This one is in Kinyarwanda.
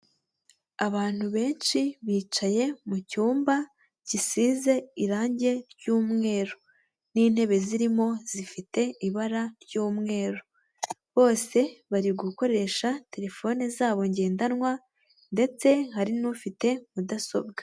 Abantu benshi bicaye mu cyumba gisize irangi ry'mweru, n'intebe zirimo zifite ibara ry'umweru bose bari gukoresha terefone zabo ngendanwa ndetse hari n'ufite mudasobwa.